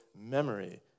memory